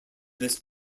this